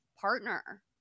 partner